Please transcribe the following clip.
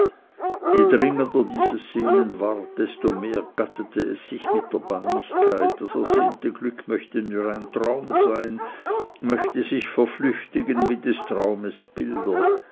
je dringender dieses sehnen ward desto mehr gattete es sich mit der bangigkeit das ersehnte glück machte nur ein traum sein möchte sich verflüchtigen wie des traumes bilder